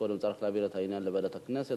קודם צריך להעביר את העניין לוועדת הכנסת,